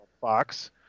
Fox